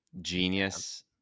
Genius